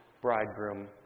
Bridegroom